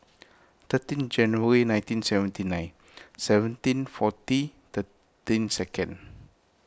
thirteen January nineteen seventy nine seventeen forty thirteen second